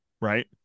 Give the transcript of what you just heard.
right